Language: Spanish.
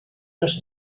los